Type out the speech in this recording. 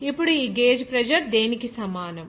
ఇప్పుడు ఈ gauge pressure దేనికి సమానం